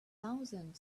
thousand